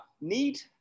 need